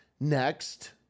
next